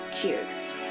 Cheers